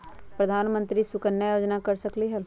प्रधानमंत्री योजना सुकन्या समृद्धि योजना कर सकलीहल?